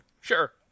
sure